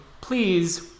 Please